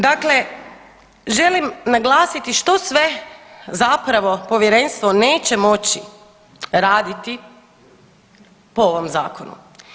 Dakle, želim naglasiti što sve zapravo povjerenstvo neće moći raditi po ovom zakonu.